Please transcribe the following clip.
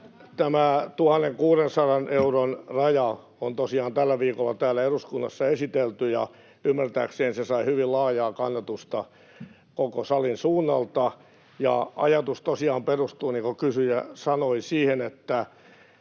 Tämä 1 600 euron raja on tosiaan tällä viikolla täällä eduskunnassa esitelty, ja ymmärtääkseni se sai hyvin laajaa kannatusta koko salin suunnalta. Ajatus tosiaan perustuu, niin kuin kysyjä sanoi, siihen, että